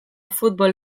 futbol